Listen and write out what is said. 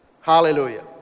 Hallelujah